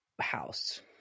house